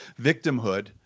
victimhood